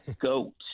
goat